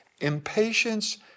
Impatience